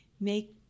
make